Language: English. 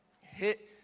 Hit